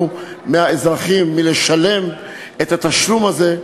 ימנעו מהאזרחים לשלם את התשלום הזה.